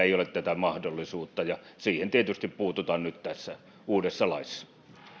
ei ole tätä mahdollisuutta ja siihen tietysti puututaan nyt tässä uudessa laissa